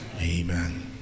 Amen